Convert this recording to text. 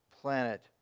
planet